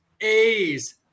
A's